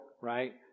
right